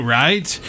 right